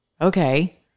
Okay